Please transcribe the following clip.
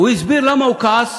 הוא הסביר למה הוא כעס